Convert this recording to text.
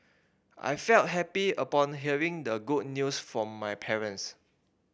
I felt happy upon hearing the good news from my parents